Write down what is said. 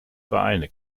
vereine